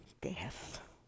death